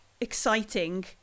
exciting